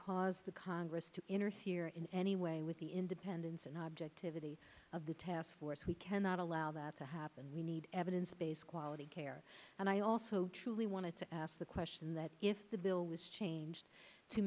cause the congress to interfere in any way with the independence and objectivity of the task force we cannot allow that to happen we need evidence based quality care and i also truly wanted to ask the question that if the bill was changed to